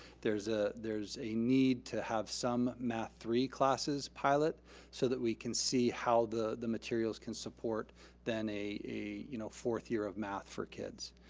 there's ah there's a need to have some math three classes pilot so that we can see how the the materials can support then a a you know fourth year of math for kids.